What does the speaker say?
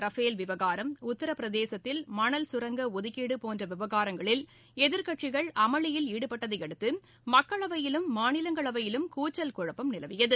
Rafale விவகாரம் உத்தரபிரதேசத்தில் மணல் சுரங்கம் ஒதுக்கீடு போன்ற விவகாரங்களில் எதிர்கட்சிகள் அமளியில் ஈடுபட்டதையடுத்து மக்களவையிலும் மாநிலங்களவையிலும் கூச்சல் குழப்பம் நிலவியது